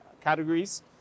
categories